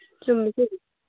ꯆꯨꯝꯃꯤ ꯆꯨꯝꯃꯤ